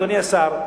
אדוני השר,